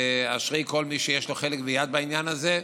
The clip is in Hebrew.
ואשרי כל מי שיש לו חלק ויד בעניין הזה.